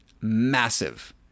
massive